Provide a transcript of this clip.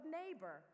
neighbor